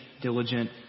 diligent